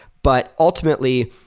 but ultimately,